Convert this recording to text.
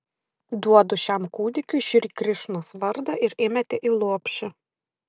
duodu šiam kūdikiui šri krišnos vardą ir įmetė į lopšį